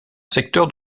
secteur